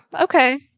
okay